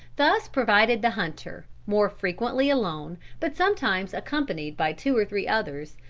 thus provided the hunter, more frequently alone but sometimes accompanied by two or three others,